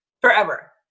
forever